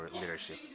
leadership